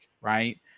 right